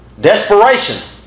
Desperation